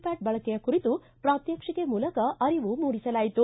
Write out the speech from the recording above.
Pat ಬಳಕೆಯ ಕುರಿತು ಪ್ರಾತ್ಯಕ್ಷಿಕೆ ಮೂಲಕ ಅರಿವು ಮೂಡಿಸಲಾಯಿತು